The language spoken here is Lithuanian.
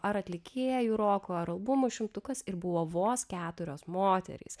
ar atlikėjų roko ar albumų šimtukas ir buvo vos keturios moterys